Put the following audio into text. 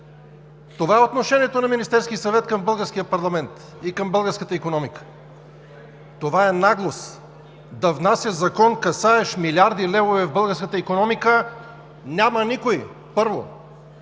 Това е отношението на Министерския съвет към българския парламент и към българската икономика. Това е наглост – да внасяш закон, касаещ милиарди левове в българската икономика, а няма никой! Госпожо